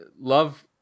love